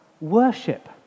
worship